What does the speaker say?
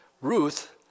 Ruth